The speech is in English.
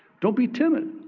don't be timid.